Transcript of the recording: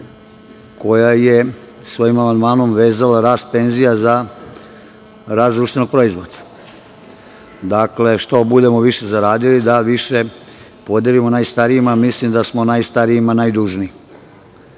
koja je svojim amandmanom vezala rast penzija za rast BDP. Dakle, što budemo više zaradili, da više podelimo najstarijima, mislim da smo najstarijima najdužniji.